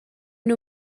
nhw